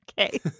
Okay